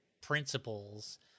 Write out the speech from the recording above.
principles